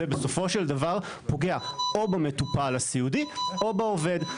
זה בסופו של דבר פוגע או במטופל הסיעודי או בעובד.